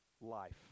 life